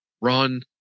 run